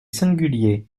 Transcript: singulier